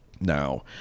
Now